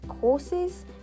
courses